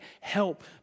help